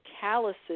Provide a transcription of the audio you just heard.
calluses